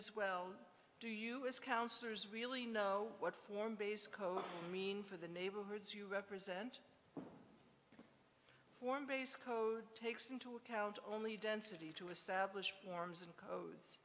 as well do you as councillors really know what form base coat mean for the neighborhoods you represent form base code takes into account only density to establish forms and codes